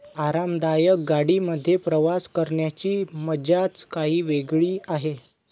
आरामदायक गाडी मध्ये प्रवास करण्याची मज्जाच काही वेगळी आहे